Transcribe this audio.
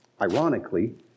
Ironically